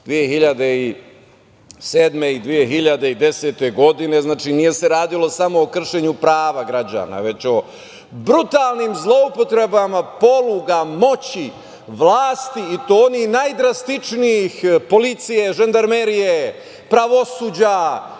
2007. i 2010. godine. Nije se radilo samo o kršenju prava građana već o brutalnim zloupotrebama poluga moći vlasti, i to onih najdrastičnijih, policije, žandarmerije, pravosuđa